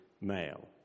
male